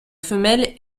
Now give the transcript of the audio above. femelle